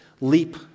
leap